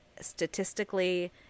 statistically